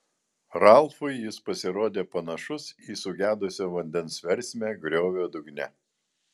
ralfui jis pasirodė panašus į sugedusio vandens versmę griovio dugne